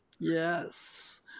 Yes